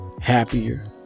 Happier